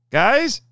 guys